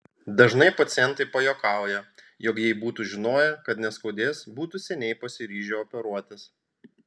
dažnai pacientai pajuokauja jog jei būtų žinoję kad neskaudės būtų seniai pasiryžę operuotis